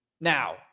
Now